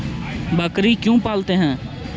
बकरी क्यों पालते है?